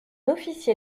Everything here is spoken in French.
officier